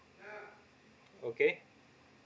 okay